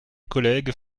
collègues